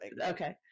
Okay